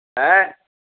ହେଁ